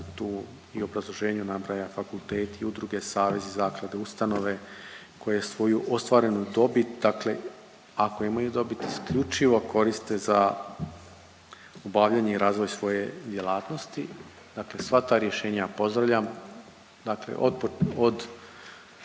tu u obrazloženju nabraja fakulteti, udruge, savezi, zaklade, ustanove koje svoju ostvarenu dobit dakle ako imaju dobit, isključivo koriste za obavljanje i razvoj svoje djelatnosti. Dakle sva ta rješenja pozdravljam. Dakle od